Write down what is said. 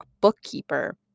bookkeeper